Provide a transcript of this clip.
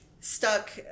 stuck